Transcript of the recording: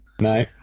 No